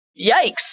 yikes